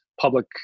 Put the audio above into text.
public